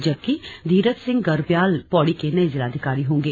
जबकि धीरज सिंह गर्ब्याल पौड़ी के नये जिलाधिकारी होंगे